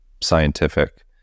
scientific